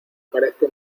parezca